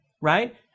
Right